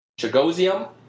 Chagosium